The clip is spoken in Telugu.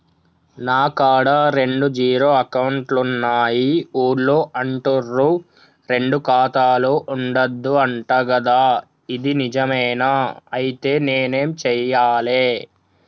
నా కాడా రెండు జీరో అకౌంట్లున్నాయి ఊళ్ళో అంటుర్రు రెండు ఖాతాలు ఉండద్దు అంట గదా ఇది నిజమేనా? ఐతే నేనేం చేయాలే?